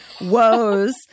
Woes